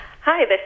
Hi